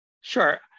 Sure